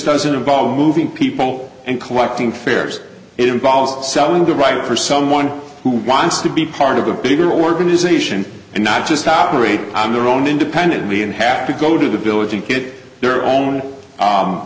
doesn't involve moving people and collecting fares it involves selling the right for someone who wants to be part of the bigger organisation and not just operate on their own independently and have to go to the village and get their own